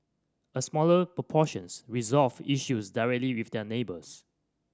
a smaller proportions resolved issues directly with their neighbours